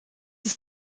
ist